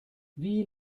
wie